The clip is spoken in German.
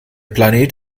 planet